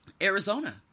Arizona